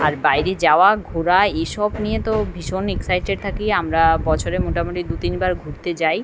আর বায়রে যাওয়া ঘোরা এসব নিয়ে তো ভীষণ এক্সাইটেড থাকি আমরা বছরে মোটামোটি দু তিনবার ঘুরতে যাই